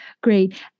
Great